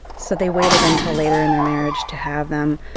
so they waited until later in their marriage to have them.